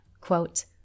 quote